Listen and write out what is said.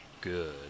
good